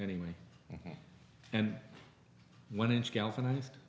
anyway and one inch galvanized